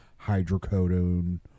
hydrocodone